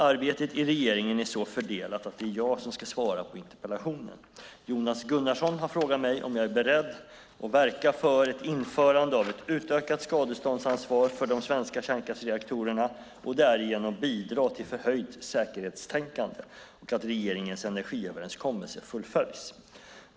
Arbetet i regeringen är så fördelat att det är jag som ska svara på interpellationen. Jonas Gunnarsson har frågat mig om jag är beredd att verka för ett införande av ett utökat skadeståndsansvar för de svenska kärnkraftsreaktorerna och därigenom bidra till förhöjt säkerhetstänkande och att regeringens energiöverenskommelse fullföljs.